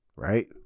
Right